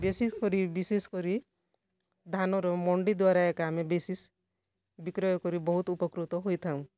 ବେଶୀକରି ବିଶେଷ କରି ଧାନର ମଣ୍ଡି ଦ୍ଵାରା ଏକା ଆମେ ବେଶୀ ବିକ୍ରୟ କରି ବହୁତ ଉପକୃତ ହୋଇଥାଉ